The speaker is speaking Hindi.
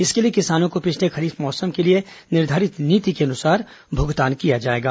इसके लिए किसानों को पिछले खरीफ मौसम के लिए निर्धारित नीति के अनुसार भुगतान किया जाएगा